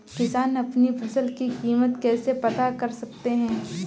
किसान अपनी फसल की कीमत कैसे पता कर सकते हैं?